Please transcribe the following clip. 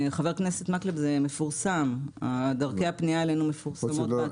חבר הכנסת מקלב, דרכי הפנייה אלינו מפורסמות באתר.